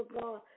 God